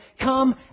Come